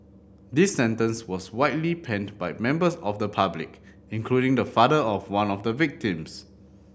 this sentence was widely panned by members of the public including the father of one of the victims